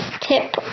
tip